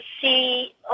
see